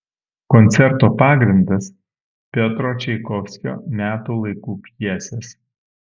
koncerto pagrindas piotro čaikovskio metų laikų pjesės